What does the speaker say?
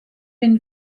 been